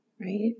right